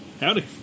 Howdy